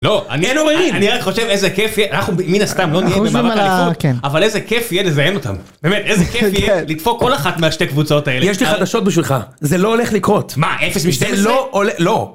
לא, אני רק חושב איזה כיף יהיה, אנחנו מן הסתם לא נהיינו במאבק האליפות, אבל איזה כיף יהיה לזיין אותם, באמת, איזה כיף יהיה לדפוק כל אחת מהשתי קבוצות האלה. יש לי חדשות בשבילך, זה לא הולך לקרות. מה, 0 מ-12? זה לא הולך, לא.